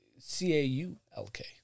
C-A-U-L-K